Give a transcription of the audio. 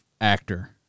actor